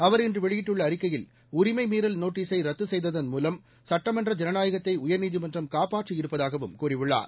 அவர் இன்று வெளியிட்டுள்ள அறிக்கையில் உரிமை மீறல் நோட்டீஸை ரத்து செய்ததன் மூலம் சட்டமன்ற ஜனநாயகத்தை உயர்நீதிமன்றம் காப்பாற்றியிருப்பதாகவும் கூறியுள்ளார்